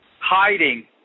hiding